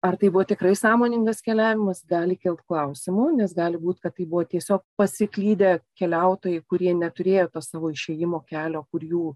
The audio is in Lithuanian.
ar tai buvo tikrai sąmoningas keliavimas gali kilt klausimų nes gali būi kad tai buvo tiesiog pasiklydę keliautojai kurie neturėjo savo išėjimo kelio kur jų